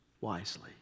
wisely